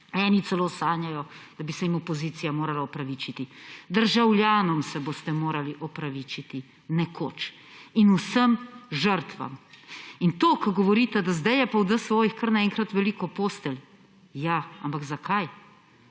Eni celo sanjajo, da bi se jim opozicija morala opravičiti. Državljanom se boste morali opravičiti nekoč in vsem žrtvam. In to, ko govorite, da zdaj je pa v DSO-jih kar naenkrat veliko postelj. Ja, ampak zakaj?